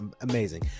amazing